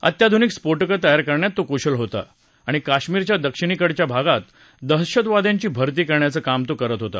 अत्याधुनिक स्फोटकं तयार करण्यात तो कुशल होता आणि काश्मीरच्या दक्षिणेकडच्या भागात दहशतवाद्यांची भर्ती करण्याचं काम तो करत होता